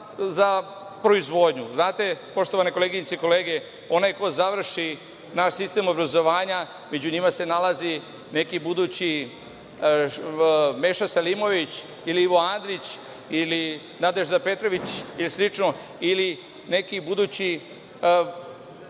za proizvodnju. Znate, poštovane koleginice i kolege, onaj ko završi naš sistem obrazovanja, među njima se nalazi neki budući Meša Selimović ili Ivo Andrić ili Nadežda Petrović ili slično ili neki budući